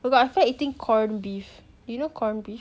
oh my god I feel like eating corn beef you know corn beef